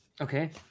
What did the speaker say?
Okay